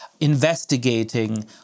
investigating